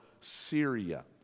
Syria